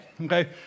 okay